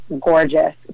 gorgeous